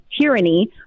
tyranny